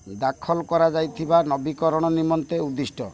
ଦାଖଲ୍ କରାଯାଇଥିବା ନବୀକରଣ ନିମନ୍ତେ ଉଦ୍ଦିଷ୍ଟ